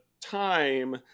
time